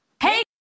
Hey